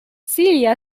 celia